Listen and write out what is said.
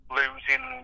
losing